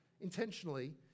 intentionally